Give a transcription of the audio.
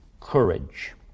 courage